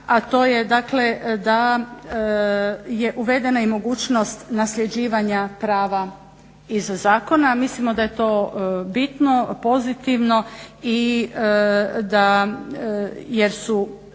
a to je dakle da je uvedena i mogućnost nasljeđivanja prava iz zakona a mislimo da je to bitno, pozitivno. Jer su